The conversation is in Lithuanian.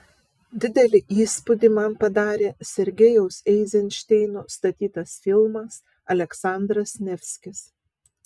didelį įspūdį man padarė sergejaus eizenšteino statytas filmas aleksandras nevskis